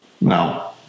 No